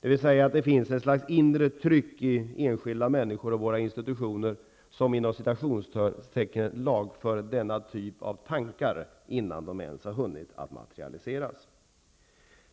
dvs. att det finns ett slags inre tryck i enskilda människor och i våra institutioner som ''lagför'' denna typ av tankar innan de ens har hunnit att materialiseras.